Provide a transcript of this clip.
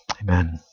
Amen